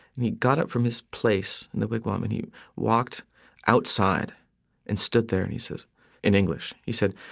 and he got up from his place in the wigwam and he walked outside and stood there and he says in english, he said,